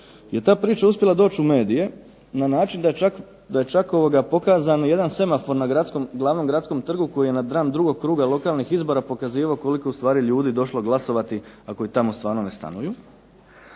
je ta priča uspjela doći u medije na način da je čak pokazan jedan semafor na glavnom gradskom trgu koji je na dan drugog kruga lokalnih izbora pokazivao koliko je u stvari ljudi došlo glasovati, a koji tamo stvarno ne stanuju.